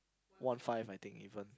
one five I think even